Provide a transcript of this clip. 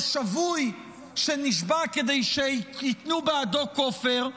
או שבוי שנשבה כדי שייתנו בעדו כופר,